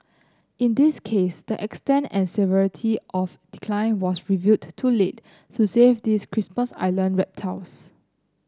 in this case the extent and severity of decline was revealed too late to save these Christmas Island reptiles